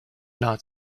not